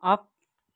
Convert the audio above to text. off